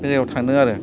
बे जायगायाव थांदों आरो